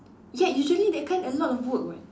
ya usually that kind of a lot of work [what]